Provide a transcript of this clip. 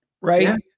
right